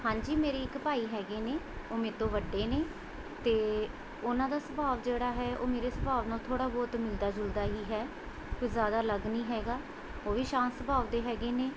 ਹਾਂਜੀ ਮੇਰੀ ਇੱਕ ਭਾਈ ਹੈਗੇ ਨੇ ਉਹ ਮੇਰੇ ਤੋਂ ਵੱਡੇ ਨੇ ਅਤੇ ਉਹਨਾਂ ਦਾ ਸੁਭਾਵ ਜਿਹੜਾ ਹੈ ਉਹ ਮੇਰੇ ਸੁਭਾਵ ਨਾਲ਼ ਥੋੜ੍ਹਾ ਬਹੁਤ ਮਿਲਦਾ ਜੁਲਦਾ ਹੀ ਜ਼ਿਆਦਾ ਅਲੱਗ ਨਹੀਂ ਹੈਗਾ ਉਹ ਵੀ ਸ਼ਾਂਤ ਸੁਭਾਵ ਦੇ ਹੈਗੇ ਨੇ